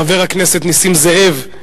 חבר הכנסת נסים זאב,